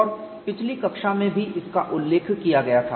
और पिछली कक्षा में भी इसका उल्लेख किया गया था